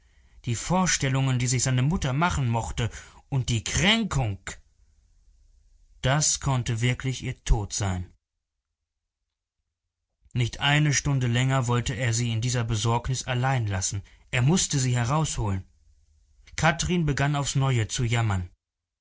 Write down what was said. die vorstellungen die sich seine mutter machen mochte und die kränkung das konnte wirklich ihr tod sein nicht eine stunde länger wollte er sie in dieser besorgnis allein lassen er mußte sie herausholen kathrin begann aufs neue zu jammern